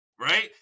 right